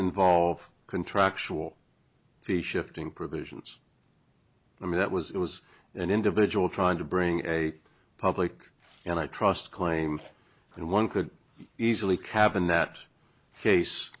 involve contractual the shifting provisions i mean that was it was an individual trying to bring a public and i trust claim and one could easily cabin that case